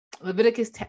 Leviticus